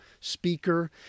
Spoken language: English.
speaker